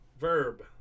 Verb